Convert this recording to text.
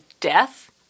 Death